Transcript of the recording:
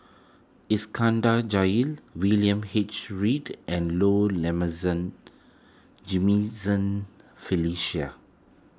Iskandar Jalil William H Read and Low Felicia